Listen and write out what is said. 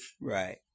Right